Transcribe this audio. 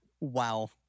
Wow